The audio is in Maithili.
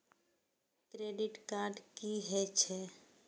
क्रेडिट कार्ड की हे छे?